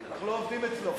אנחנו לא עובדים אצלו.